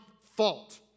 fault